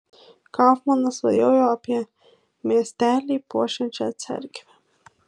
kaufmanas svajojo apie miestelį puošiančią cerkvę